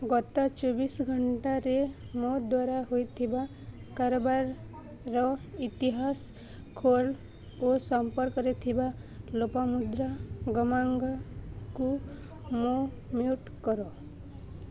ଗତ ଚବିଶି ଘଣ୍ଟାରେ ମୋ ଦ୍ୱାରା ହେଇଥିବା କାରବାରର ଇତିହାସ ଖୋଲ ଓ ସମ୍ପର୍କରେ ଥିବା ଲୋପାମୁଦ୍ରା ଗମାଙ୍ଗଙ୍କୁ ମୋ ମ୍ୟୁଟ୍ କର